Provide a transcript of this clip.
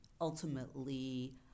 ultimately